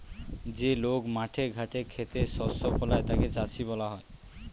যে লোক মাঠে ঘাটে খেতে শস্য ফলায় তাকে চাষী বলা হয়